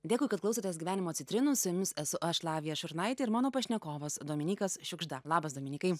dėkui kad klausotės gyvenimo citrinos su jumis esu aš lavija šurnaitė ir mano pašnekovas dominykas šiugžda labas dominykai